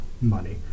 money